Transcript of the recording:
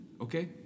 Okay